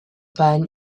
panne